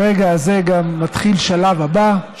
ברגע הזה גם מתחיל השלב הבא,